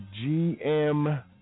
gm